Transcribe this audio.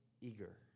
eager